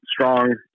strong